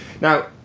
Now